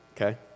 okay